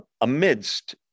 amidst